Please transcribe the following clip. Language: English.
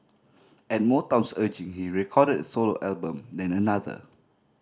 at Motown's urging he recorded a solo album then another